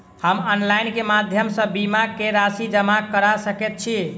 हम ऑनलाइन केँ माध्यम सँ बीमा केँ राशि जमा कऽ सकैत छी?